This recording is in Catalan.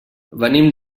venim